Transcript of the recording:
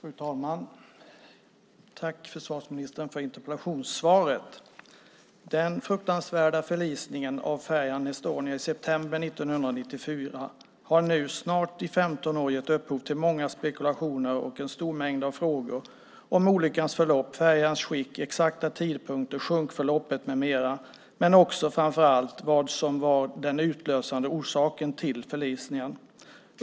Fru talman! Tack, försvarsministern, för interpellationssvaret! Den fruktansvärda förlisningen av färjan Estonia i september 1994 har nu i snart 15 år gett upphov till många spekulationer och en stor mängd frågor om olyckans förlopp, färjans skick, exakta tidpunkter, sjunkförloppet med mera. Framför allt handlar det om vad som var den utlösande orsaken till förlisningen.